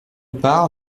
part